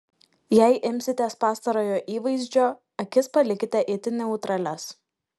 jei imsitės pastarojo įvaizdžio akis palikite itin neutralias